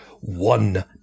one